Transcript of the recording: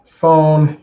phone